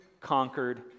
conquered